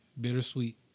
bittersweet